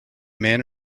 man